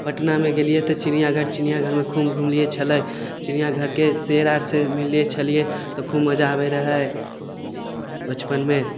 पटनामे गेलियै तऽ चिड़ियाँ घर चिड़ियाँ घरमे खूब घुमलियै छलै चिड़ियाँ घरके शेर आरसँ मिलय छलियै तऽ खूब मजा आबय रहय बचपनमे